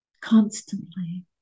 constantly